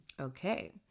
Okay